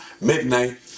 midnight